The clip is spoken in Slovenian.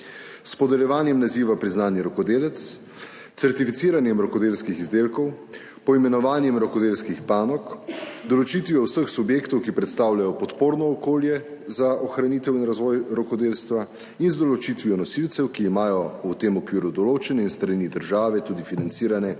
podeljevanjem naziva priznani rokodelec, certificiranjem rokodelskih izdelkov, poimenovanjem rokodelskih panog, določitvijo vseh subjektov, ki predstavljajo podporno okolje za ohranitev in razvoj rokodelstva in z določitvijo nosilcev, ki imajo v tem okviru določene s strani države tudi financirane posebne